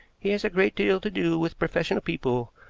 he has a great deal to do with professional people,